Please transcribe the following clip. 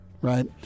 right